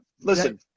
listen